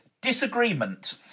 disagreement